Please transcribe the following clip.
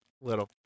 Little